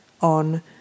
on